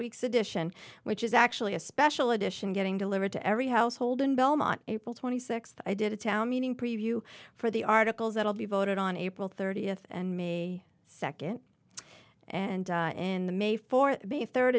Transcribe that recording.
week's edition which is actually a special edition getting delivered to every household in belmont april twenty sixth i did a town meeting preview for the articles that will be voted on april thirtieth and may second and in may for the third